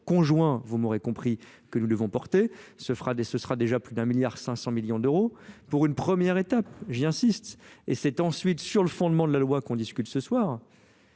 conjoint vous m'aurez compris que nous devons porter ce sera ce sera déjà plus d'un milliard cinq cents millions d'euros pour une première étape j'insiste et c'est ensuite sur le fondement de la loi qu'on discute ce soir